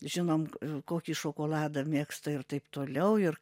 žinom kokį šokoladą mėgsta ir taip toliau ir